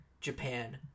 Japan